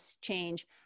change